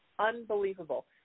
unbelievable